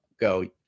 go